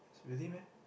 really meh